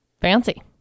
Fancy